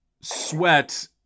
sweat